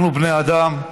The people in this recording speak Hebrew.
אנחנו בני אדם.